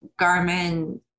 Garmin